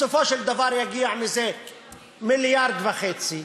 בסופו של דבר הגיעה למיליארד וחצי,